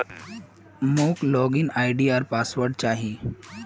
मोक log in ID आर password चाहि